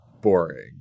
boring